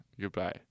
goodbye